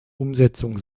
umsetzung